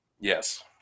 yes